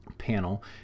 Panel